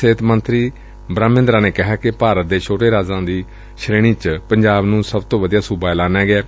ਸਿਹਤ ਮੰਤਰੀ ਬ੍ਹਮ ਮਹਿੰਦਰਾ ਨੇ ਕਿਹਾ ਕਿ ਭਾਰਤ ਦੇ ਛੋਟੇ ਰਾਜਾਂ ਦੀ ਸ਼੍ਰੇਣੀ ਵਿੱਚ ਪੰਜਾਬ ਨੂੰ ਸਭ ਤੋਂ ਵਧੀਆ ਸੂਬਾ ਐਲਾਨਿਆ ਗਿਐ